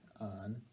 on